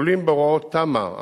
כלולים בהוראות תמ"א המשלימה,